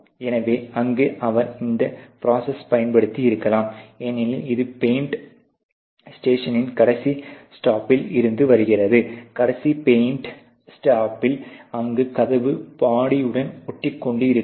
எனவே அங்கு அவர் இந்த ப்ரோசஸை பயன்படுத்தியிருக்கலாம் ஏனெனில் இது பெயிண்ட் ஸ்டேப்பின் கடைசி ஸ்டேப்பில் இருந்து வருகிறது கடைசி பெயிண்ட் ஸ்டேப்பில் அங்கு கதவு பாடியுடன் ஒட்டிக்கொண்டு இருக்கலாம்